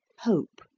hope,